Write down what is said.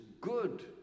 good